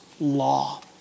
law